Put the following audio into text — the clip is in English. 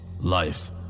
life